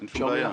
אין בעיה.